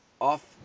off